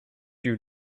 you